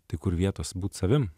tai kur vietos būt savim